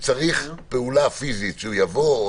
שצריך פעולה פיסית, שהוא יבוא,